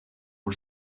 for